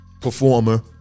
performer